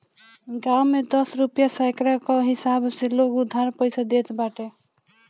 गांव में दस रुपिया सैकड़ा कअ हिसाब से लोग उधार पईसा देत बाटे